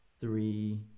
three